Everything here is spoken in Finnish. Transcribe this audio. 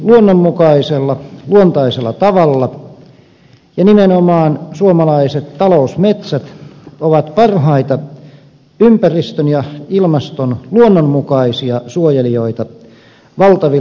metsät toimivat luonnonmukaisella luontaisella tavalla ja nimenomaan suomalaiset talousmetsät ovat parhaita ympäristön ja ilmaston luonnonmukaisia suojelijoita valtavina hiilinieluina